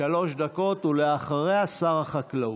שלוש דקות, ולאחריה, שר החקלאות.